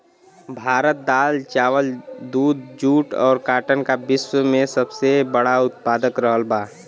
भारत दाल चावल दूध जूट और काटन का विश्व में सबसे बड़ा उतपादक रहल बा